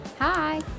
hi